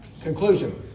Conclusion